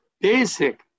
basic